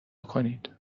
کنید